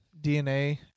DNA